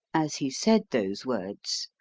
as he said those words,